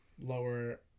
lower